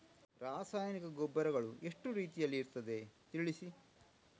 ರಾಸಾಯನಿಕ ಗೊಬ್ಬರಗಳು ಎಷ್ಟು ರೀತಿಯಲ್ಲಿ ಇರ್ತದೆ ತಿಳಿಸಿ?